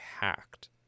hacked